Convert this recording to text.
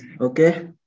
okay